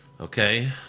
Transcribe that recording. Okay